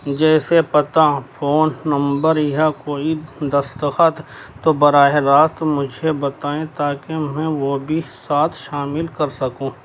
جیسے پتہ phone number یا کوئی دستخط تو براہ راست مجھے بتائیں تاکہ میں وہ بھی ساتھ شامل کر سکوں